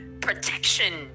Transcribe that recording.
Protection